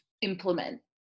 implement